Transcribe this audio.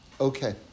Okay